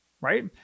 Right